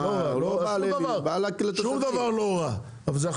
פעם הפטור מהדיבידנד ופעם זה.